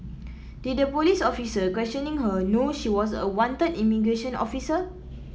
did the police officer questioning her know she was a wanted immigration officer